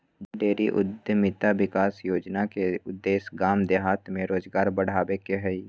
dairy उद्यमिता विकास योजना के उद्देश्य गाम देहात में रोजगार बढ़ाबे के हइ